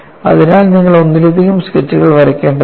അതിനാൽ നിങ്ങൾ ഒന്നിലധികം സ്കെച്ചുകൾ വരയ്ക്കേണ്ടതുണ്ട്